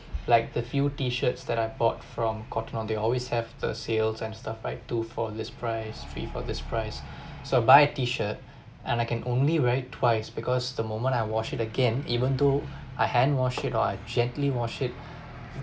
like the few T-shirts that I bought from Cotton On they always have the sales and stuff right two for this price three for this price so buy a T-shirt and I can only wear it twice because the moment I wash it again even though I hand wash it or I gently wash it